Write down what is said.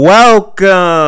Welcome